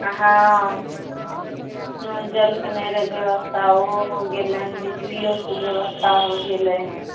आ हँ नलजल के नै रहै ब्यवस्था ओहो हो गेलन बिजलीओ के ब्यवस्था हो गेलइ हँ